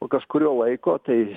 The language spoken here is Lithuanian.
po kažkurio laiko tai